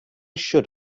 should